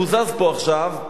מקוזז פה עכשיו,